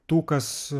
tų kas